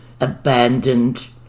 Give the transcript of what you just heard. Abandoned